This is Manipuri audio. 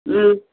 ꯎꯝ